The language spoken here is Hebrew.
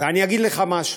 אני אגיד לך משהו.